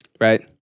right